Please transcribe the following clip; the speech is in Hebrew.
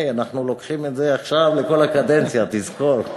אנחנו לוקחים את זה עכשיו לכל הקדנציה, תזכור.